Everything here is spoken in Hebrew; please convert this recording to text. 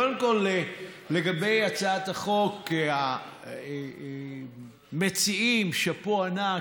קודם כול, לגבי הצעת החוק, המציעים, שאפו ענק.